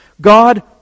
God